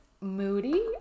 moody